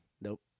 Nope